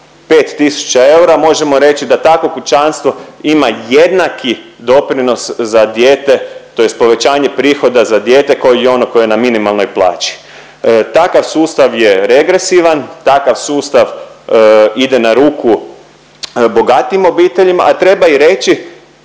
eura možemo reći da takvo kućanstvo ima jednaki doprinos za dijete tj. povećanje prihoda za dijete ko i ono koje je na minimalnoj plaći. Takav sustav je regresivan, takav sustav ide na ruku bogatijim obiteljima, a treba i reći